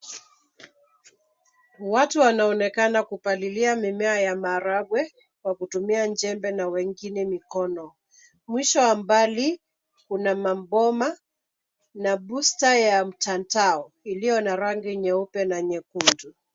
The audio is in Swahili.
Watu wanaonekana kupalilia mimea ya maharagwe kwa kutumia jembe na wengine mikono. Mwisho wa mbali, kuna maboma na busta ya mtandao iliyo na rangi nyeupe na nyekundu.